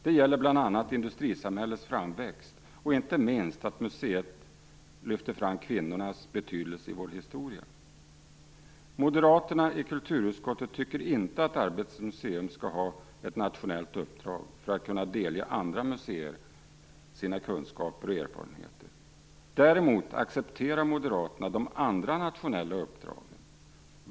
Det gäller bl.a. industrisamhällets framväxt och, inte minst, att lyfta fram kvinnornas betydelse i vår historia. Moderaterna i kulturutskottet tycker inte att Arbetets museum skall ha ett nationellt uppdrag för att kunna delge andra museer sina kunskaper och erfarenheter. Däremot accepterar Moderaterna de andra nationella uppdragen.